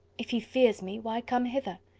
if he fears me, why come hither?